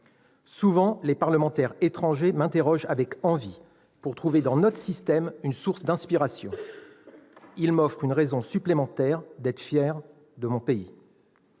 Souvent, les parlementaires étrangers m'interrogent avec envie, en vue de trouver dans notre système une source d'inspiration. Ils m'offrent ainsi une raison supplémentaire d'être fier de mon pays.